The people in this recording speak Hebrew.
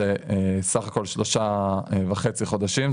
זה סך הכל שלושה וחצי חודשים,